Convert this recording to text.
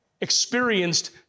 experienced